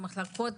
במחלקות,